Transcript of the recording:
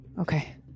Okay